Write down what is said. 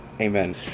amen